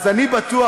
אז אני בטוח,